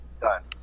Done